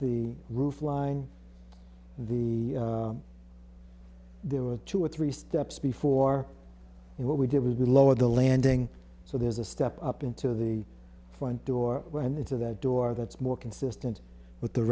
the roof line the there were two or three steps before and what we did was we lowered the landing so there's a step up into the front door and into the door that's more consistent with the